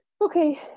okay